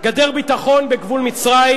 גדר ביטחון בגבול מצרים,